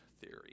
theory